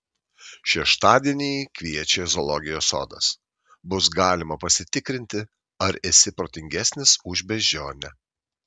šeštadienį kviečia zoologijos sodas bus galima pasitikrinti ar esi protingesnis už beždžionę